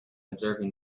observing